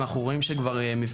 אנחנו רואים שמבצעים,